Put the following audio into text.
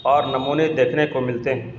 اور نمونے دیکھنے کو ملتے ہیں